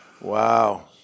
Wow